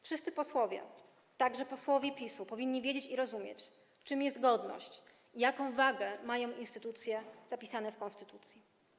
Wszyscy posłowie, także posłowie PiS-u, powinni wiedzieć i rozumieć, czym jest godność i jaką wagę mają instytucje zapisane w konstytucji.